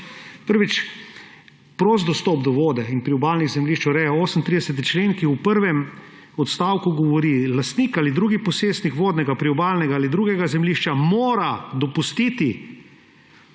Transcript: Prvič, prost dostop do vode in priobalnih zemljišč ureja 38. člen, ki v prvem odstavku pravi: »Lastnik ali drug posestnik vodnega priobalnega ali drugega zemljišča mora dopustiti